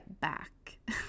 back